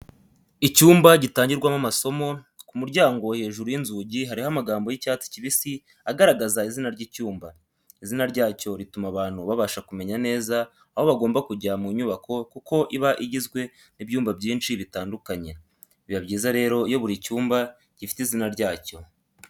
Icyumba gitangirwamo amasomo, ku muryango hejuru y’inzugi hariho amagambo y'icyatsi kibisi agaragaza izina ry'icyumba. Izina ryacyo rituma abantu babasha kumenya neza aho bagomba kujya mu nyubako kuko iba igizwe n’ibyumba byinshi bitandukanye. Biba byiza rero iyo buri cyumba gifite izina ryacyo.